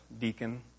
deacon